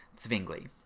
Zwingli